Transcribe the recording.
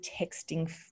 texting